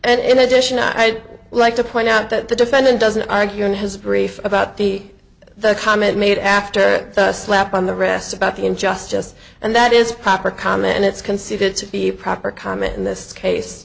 and in addition i'd like to point out that the defendant doesn't argue in his brief about the the comment made after a slap on the wrist about the injustice and that is proper comma and it's considered to be a proper comment in this case